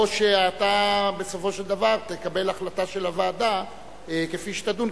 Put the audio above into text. או שאתה בסופו של דבר תקבל החלטה של הוועדה כפי שתדון?